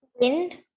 Wind